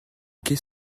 qu’est